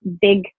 big